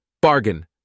Bargain